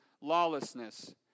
lawlessness